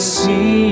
see